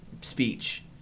speech